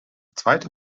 zweite